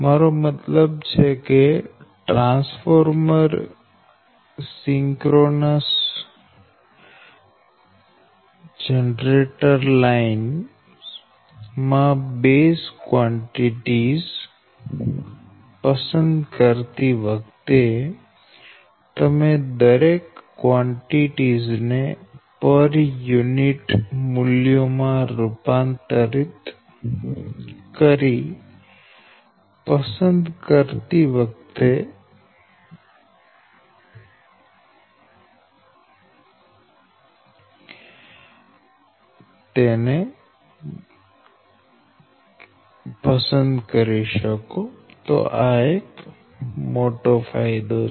મારો મતલબ છે કે ટ્રાંસફોર્મર સિંક્રોનસ જનરેટર લાઇન માં બેઝ કવાંટીટીઝ પસંદ કરતી વખતે તમે દરેક કવાંટીટીઝ ને પર યુનિટ મૂલ્યો માં રૂપાંતરિત કરી શકો આ એક મોટો ફાયદો છે